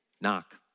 knock